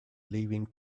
leaving